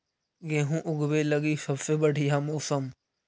गेहूँ ऊगवे लगी सबसे बढ़िया मौसम?